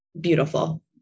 beautiful